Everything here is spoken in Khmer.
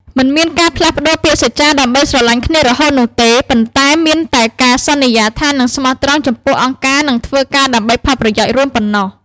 មិនមានការផ្លាស់ប្តូរពាក្យសច្ចាដើម្បីស្រឡាញ់គ្នារហូតនោះទេ ប៉ុន្តែមានតែការសន្យាថានឹងស្មោះត្រង់ចំពោះអង្គការនិងធ្វើការដើម្បីផលប្រយោជន៍រួមប៉ុណ្ណោះ។